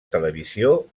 televisió